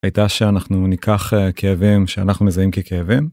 הייתה שאנחנו ניקח כאבים שאנחנו מזהים ככאבים.